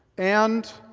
and